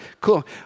cool